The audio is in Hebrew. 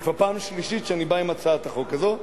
זה כבר פעם שלישית שאני בא עם הצעת החוק הזו.